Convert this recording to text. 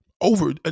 Over